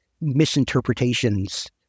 misinterpretations